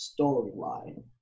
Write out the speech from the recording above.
storyline